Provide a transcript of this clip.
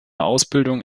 ausbildung